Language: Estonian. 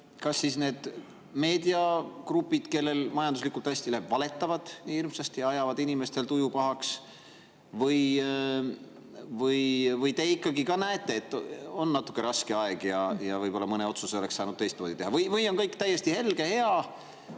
Kas siis need meediagrupid, kellel majanduslikult hästi läheb, valetavad nii hirmsasti ja ajavad inimestel tuju pahaks? Või te ikkagi näete, et on natuke raske aeg ja võib-olla oleks saanud mõne otsuse teistmoodi teha? Või on kõik täiesti helge, hea